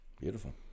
beautiful